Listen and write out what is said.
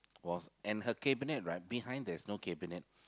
was and her cabinet right behind there's no cabinet